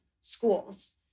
schools